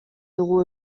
dugu